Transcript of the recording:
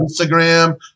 Instagram